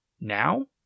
Now